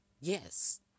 Yes